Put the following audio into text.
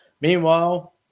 Meanwhile